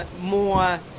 more